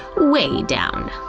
way down.